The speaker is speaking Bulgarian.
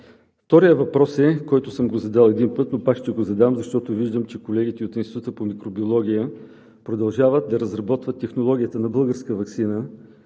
Вторият въпрос, който съм го задал един път, но пак ще го задам, защото виждам, че колегите от Института по микробиология продължават да разработват технологията на българска ваксина.